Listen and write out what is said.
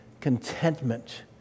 contentment